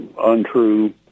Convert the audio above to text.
untrue